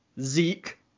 Zeke